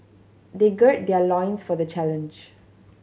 they gird their loins for the challenge